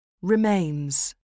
remains